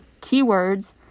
keywords